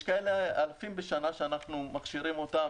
יש כאלה אלפים בשנה שאנחנו מכשירים אותם,